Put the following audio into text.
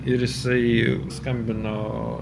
ir jisai skambino